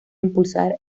impulsar